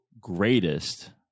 greatest